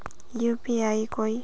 UPI कोई